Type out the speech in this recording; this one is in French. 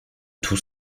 tout